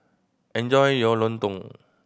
enjoy your lontong